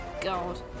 God